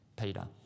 Peter